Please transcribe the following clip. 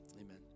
Amen